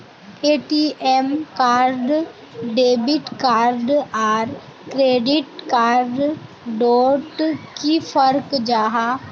ATM card debit card आर credit card डोट की फरक जाहा?